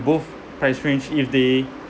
both price range if they